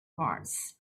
mars